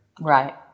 Right